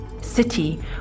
city